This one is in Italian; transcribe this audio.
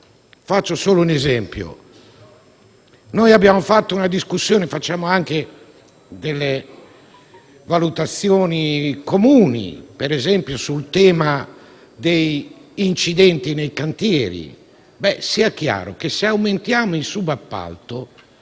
Faccio solo un esempio. Noi abbiamo svolto una discussione e facciamo anche delle valutazioni comuni - come per esempio - sul tema degli incidenti nei cantieri. Sia chiaro, però, che, se aumentiamo il subappalto